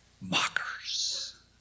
mockers